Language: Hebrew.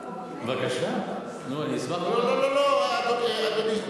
אולי נעזור לך פה בכנסת.